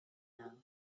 now